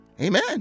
amen